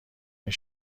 این